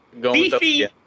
Beefy